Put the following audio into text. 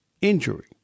injury